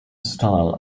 style